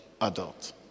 adult